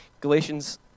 Galatians